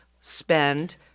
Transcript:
spend